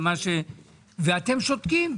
ואתם שותקים.